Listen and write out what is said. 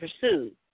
pursued